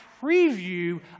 preview